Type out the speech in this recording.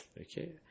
Okay